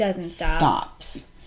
stops